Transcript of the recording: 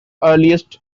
earliest